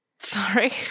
Sorry